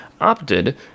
opted